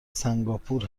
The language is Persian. سنگاپور